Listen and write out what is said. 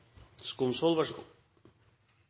– vær så god!